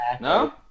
no